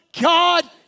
God